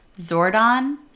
Zordon